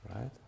Right